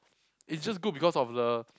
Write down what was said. it's just good because of the